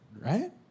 right